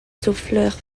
souffleurs